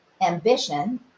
ambition